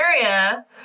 Area